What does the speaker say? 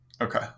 Okay